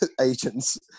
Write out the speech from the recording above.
agents